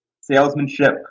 salesmanship